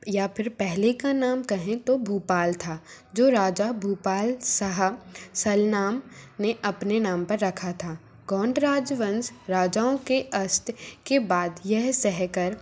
या फिर पहले का नाम कहें तो भूपाल था जो राजा भूपाल शाह सल्नाम ने अपने नाम पर रखा था गोंड राजवंश राजाओं के अस्त के बाद यह सहकर